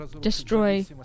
destroy